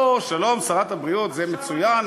או, שלום, שרת הבריאות, זה מצוין.